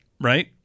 Right